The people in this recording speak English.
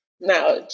Now